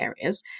areas